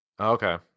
Okay